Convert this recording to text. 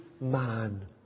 man